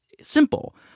simple